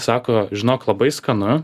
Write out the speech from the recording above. sako žinok labai skanu